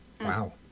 Wow